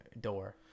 door